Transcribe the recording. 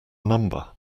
number